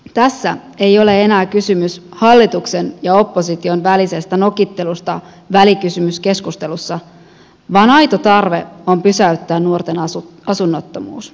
tässä ei ole enää kysymys hallituksen ja opposition välisestä nokittelusta välikysymyskeskustelussa vaan aito tarve on pysäyttää nuorten asunnottomuus